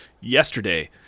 yesterday